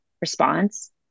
response